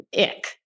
ick